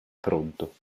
pronto